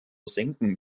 sinken